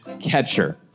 catcher